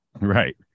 Right